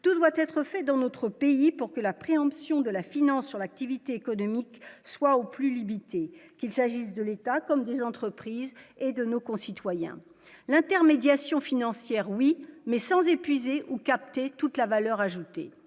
tout doit être fait dans notre pays pour que l'appréhension de la finance sur l'activité économique soit au plus limitée qu'il s'agisse de l'État comme des entreprises et de nos concitoyens l'intermédiation financière oui mais sans épuiser ou capter toute la valeur ajoutée,